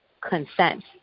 consent